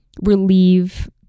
relieve